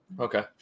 Okay